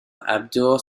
abdul